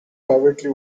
privately